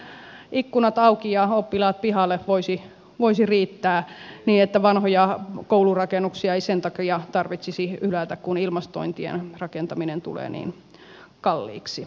eikö ikkunat auki ja oppilaat pihalle voisi riittää niin että vanhoja koulurakennuksia ei sen takia tarvitsisi hylätä kun ilmastointien rakentaminen tulee niin kalliiksi